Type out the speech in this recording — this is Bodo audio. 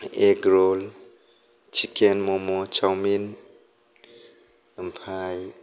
एग रल चिकेन मम' चावमिन ओमफ्राय